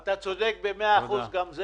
יש לי